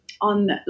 on